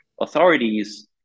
authorities